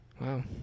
Wow